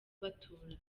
batura